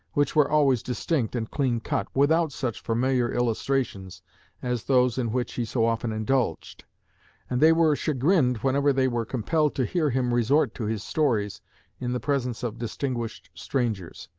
which were always distinct and clean cut, without such familiar illustrations as those in which he so often indulged and they were chagrined whenever they were compelled to hear him resort to his stories in the presence of distinguished strangers.